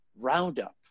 Roundup